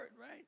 right